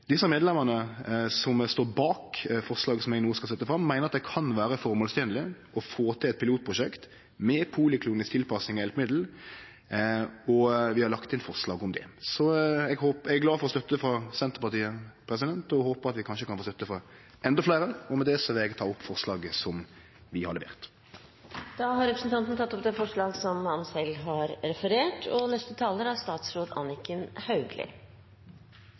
som står bak forslaget eg no skal ta opp, meiner at det kan vere formålstenleg å få til eit pilotprosjekt, med poliklinisk tilpassing av hjelpemiddel, og vi har lagt inn forslag om det. Eg er glad for støtta frå Senterpartiet, og eg håper at vi kanskje kan få støtte frå endå fleire. Med det vil eg ta opp forslaget som vi har levert. Representanten Rotevatn har tatt opp det forslaget han refererte til. La meg først understreke at jeg er